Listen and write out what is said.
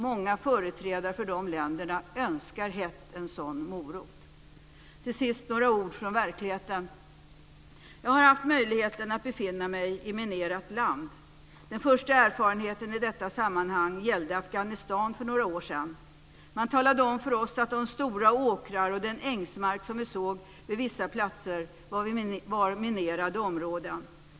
Många företrädare för dessa länder önskar hett en sådan morot. Till sist några ord från verkligheten: Jag har haft möjlighet att befinna mig i minerat land. Den första erfarenheten i detta sammanhang gällde Afghanistan för några år sedan. Man talade om för oss att de stora åkrar och den ängsmark som vi såg vid vissa platser var minerade områden.